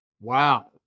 Wow